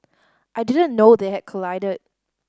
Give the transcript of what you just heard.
I didn't know they had collided